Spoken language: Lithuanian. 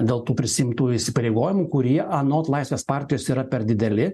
dėl tų prisiimtų įsipareigojimų kurie anot laisvės partijos yra per dideli